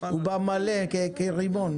הוא בא מלא כרימון,